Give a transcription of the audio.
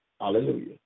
hallelujah